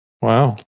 Wow